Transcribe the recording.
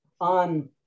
on